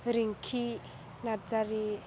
Rinkhi Narzary